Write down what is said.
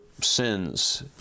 sins